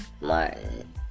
Martin